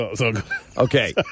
Okay